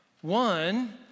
One